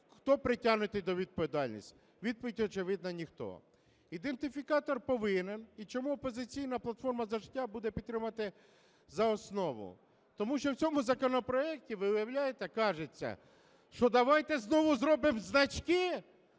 хто притягнутий до відповідальності? Відповідь очевидно – ніхто. Ідентифікатор повинен… І чому "Опозиційна платформа - За життя" буде підтримувати за основу? Тому що в цьому законопроекті, ви уявляєте, кажется, що, давайте знову зробимо значки